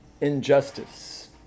Injustice